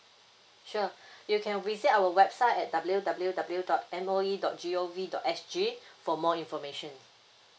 sure you can visit our website at W W W dot M O E dot G O V dot S G for more information